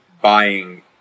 buying